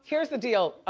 here's the deal,